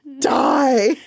die